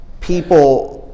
people